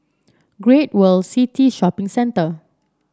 Great World City Shopping Centre